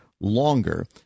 longer